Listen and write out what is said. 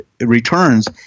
returns